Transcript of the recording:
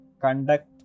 conduct